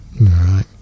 right